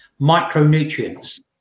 micronutrients